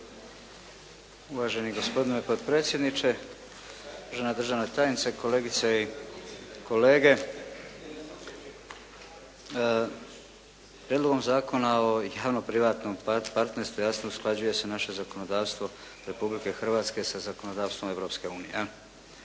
Uvaženi gospodine potpredsjedniče, uvažena državna tajnice, kolegice i kolege. Prijedlogom zakona o javnom privatnom partnerstvu jasno usklađuje se naše zakonodavstvo Republike Hrvatske sa zakonodavstvom Europske unije.